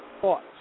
Thoughts